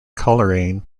coleraine